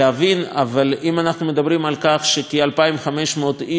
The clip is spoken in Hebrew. אבל אם אנחנו מדברים על כך שכ-2,500 איש מתים